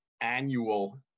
annual